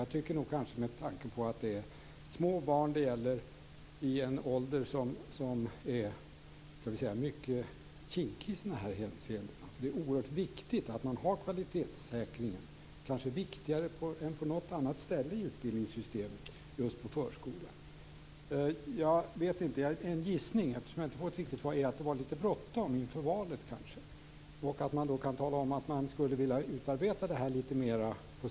Jag tycker nog med tanke på att det gäller små barn - i en ålder som är mycket kinkig i sådana här hänseenden - är oerhört viktigt att man har en kvalitetssäkring. Det är kanske viktigare i förskolan än på något annat ställe i utbildningssystemet. Eftersom jag inte fått ett riktigt svar gissar jag att det kanske var litet bråttom inför valet. Kanske skulle man längre fram vilja utarbeta det här litet mera.